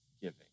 giving